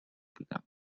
بودم